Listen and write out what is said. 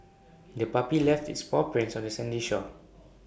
the puppy left its paw prints on the sandy shore